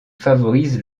favorise